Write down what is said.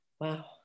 Wow